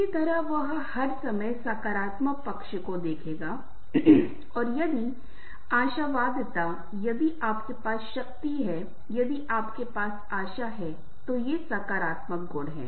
इसी तरह वह हर समय सकारात्मक पक्ष को देखेगा और यदि आशावादिता यदि आपके पास शक्ति है यदि आपके पास आशा है तो ये सकारात्मक गुण हैं